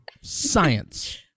Science